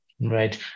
Right